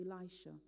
Elisha